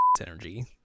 energy